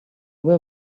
will